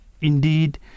Indeed